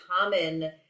common